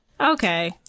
Okay